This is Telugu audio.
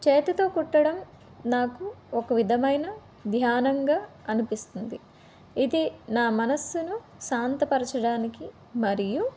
చేతితో కుట్టడం నాకు ఒక విధమైన ధ్యానంగా అనిపిస్తుంది ఇది నా మనస్సును శాంతపరచడానికి మరియు